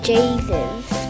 Jesus